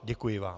Děkuji vám.